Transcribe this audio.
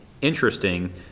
interesting